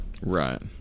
Right